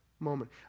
Moment